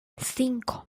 cinco